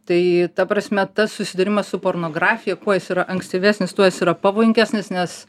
tai ta prasme tas susidūrimas su pornografija kuo jis yra ankstyvesnis tuo jis yra pavojingesnis nes